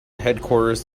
headquarters